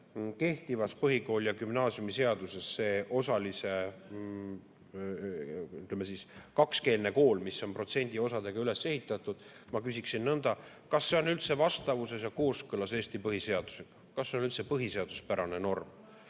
et üldse põhikooli‑ ja gümnaasiumiseaduses see osaline, ütleme, kakskeelne kool, mis on protsendiosadega üles ehitatud – ma küsiksin nõnda: kas see on vastavuses ja kooskõlas Eesti põhiseadusega? Kas see on üldse põhiseaduspärane norm?